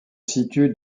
situe